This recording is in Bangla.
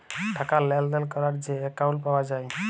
টাকা লেলদেল ক্যরার যে একাউল্ট পাউয়া যায়